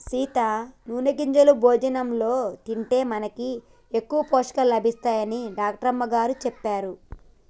సీత నూనె గింజలు భోజనంలో తింటే మనకి ఎక్కువ పోషకాలు లభిస్తాయని డాక్టర్ అమ్మగారు సెప్పారు